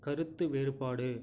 கருத்து வேறுபாடு